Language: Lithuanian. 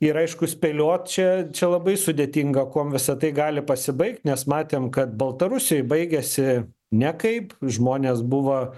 ir aišku spėliot čia čia labai sudėtinga kuom visa tai gali pasibaigt nes matėm kad baltarusijoj baigėsi nekaip žmonės buvo